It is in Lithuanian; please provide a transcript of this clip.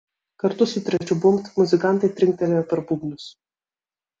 kartu su trečiu bumbt muzikantai trinktelėjo per būgnus